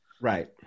Right